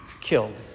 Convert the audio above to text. killed